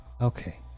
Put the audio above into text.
Okay